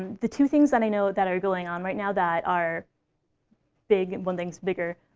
the two things that i know that are going on right now, that are big one thing's bigger.